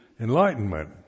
enlightenment